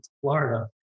Florida